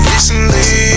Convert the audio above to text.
Recently